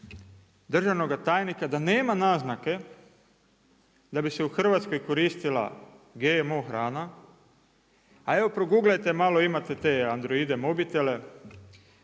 državnoga tajnika da nema naznake da bi se u Hrvatskoj koristila GMO hrana, a evo proguglajte malo, imate te Androide mobitele,